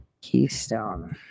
Keystone